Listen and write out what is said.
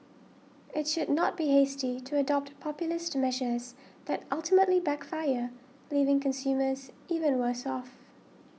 it should not be hasty to adopt populist measures that ultimately backfire leaving consumers even worse off